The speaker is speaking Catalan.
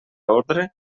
ordre